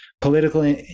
political